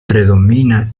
predomina